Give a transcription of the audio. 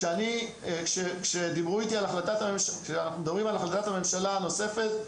כשאנחנו מדברים על החלטת הממשלה הנוספת,